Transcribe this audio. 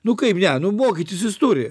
nu kaip ne nu mokytis jis turi